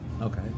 Okay